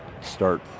start